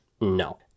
no